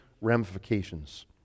ramifications